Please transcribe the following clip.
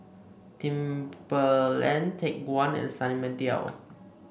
Timberland Take One and Sunny Meadow